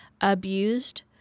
abused